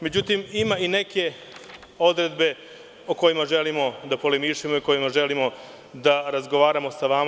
Međutim, ima i neke odredbe o kojima želimo da polemišemo i o kojima želimo da razgovaramo sa vama.